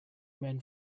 men